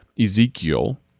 Ezekiel